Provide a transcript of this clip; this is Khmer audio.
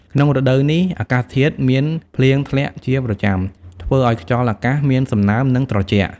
ក្នុងរដូវនេះអាកាសធាតុមានភ្លៀងធ្លាក់ជាប្រចាំ ធ្វើឲ្យខ្យល់អាកាសមានសំណើម និងត្រជាក់។